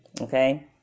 okay